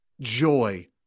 joy